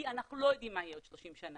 כי אנחנו לא יודעים מה יהיה עוד 30 שנה